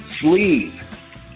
sleeve